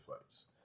fights